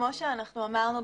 כפי שאמרנו,